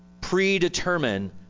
predetermine